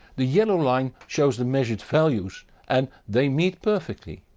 the yellow line shows the measured values and they meet perfectly.